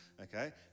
okay